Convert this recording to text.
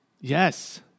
yes